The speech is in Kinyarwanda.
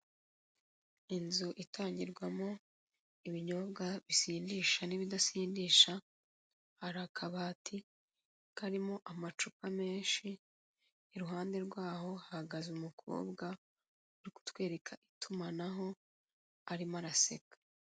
Inzu itangirwamo ibinyobwa bisindisha nibidasindisha hari akabati karimo amacupa menshi iruhande rwaho hahagaze umukobwa uri kutwereka itumanaho arimo araseka.